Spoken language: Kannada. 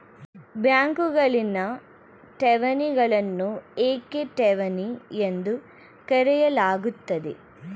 ಬ್ಯಾಂಕುಗಳಲ್ಲಿನ ಠೇವಣಿಗಳನ್ನು ಏಕೆ ಠೇವಣಿ ಎಂದು ಕರೆಯಲಾಗುತ್ತದೆ?